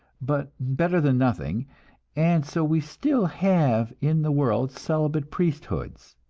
but better than nothing and so we still have in the world celibate priesthoods,